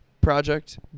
project